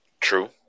True